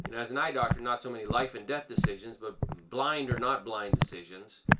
and as an eye doctor, not so many life and death decisions, but blind or not blind decisions.